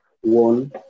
one